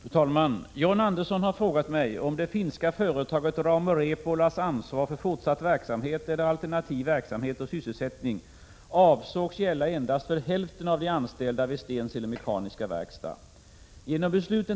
Fru talman! John Andersson har frågat mig om det finska företaget Rauma Repolas ansvar för fortsatt verksamhet eller alternativ verksamhet och sysselsättning avsågs gälla endast för hälften av de anställda vid Stensele Mekaniska Verkstad.